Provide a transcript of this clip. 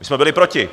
My jsme byli proti.